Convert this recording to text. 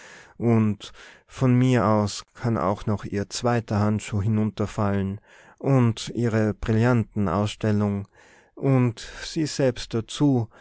und von mir aus kann auch noch ihr zweiter handschuh hinunterfallen und ihre brillantenausstellung und sie selbst dazu